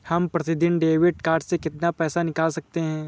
हम प्रतिदिन debit card से कितना पैसा निकाल सकते हैं?